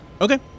Okay